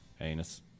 anus